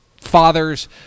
fathers